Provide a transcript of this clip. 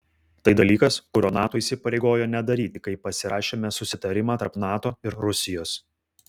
tai dalykas kurio nato įsipareigojo nedaryti kai pasirašėme susitarimą tarp nato ir rusijos